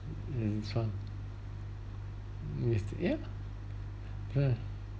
it is one is yeah mm